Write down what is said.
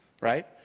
right